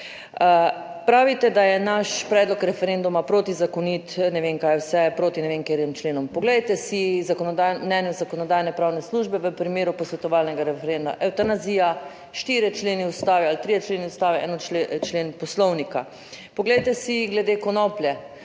Pravite, da je naš predlog referenduma protizakonit, ne vem kaj vse, proti ne vem katerim členom. Poglejte si mnenje Zakonodajno-pravne službe v primeru posvetovalnega referenduma evtanazija - štirje členi ustave ali trije členi Ustave, en člen Poslovnika. Poglejte si glede konoplje: